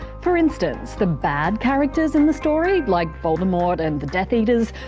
for instance, the bad characters in the story, like voldemort and the death eaters,